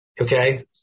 Okay